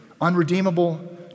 unredeemable